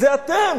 זה אתם.